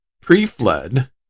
pre-flood